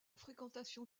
fréquentation